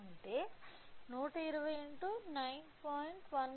08 K 120 x 9